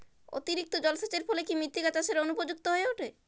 অতিরিক্ত জলসেচের ফলে কি মৃত্তিকা চাষের অনুপযুক্ত হয়ে ওঠে?